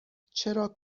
چرا